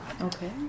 Okay